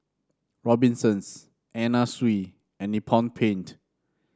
Robinsons Anna Sui and Nippon Paint